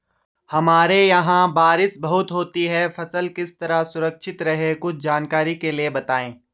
हमारे यहाँ बारिश बहुत होती है फसल किस तरह सुरक्षित रहे कुछ जानकारी के लिए बताएँ?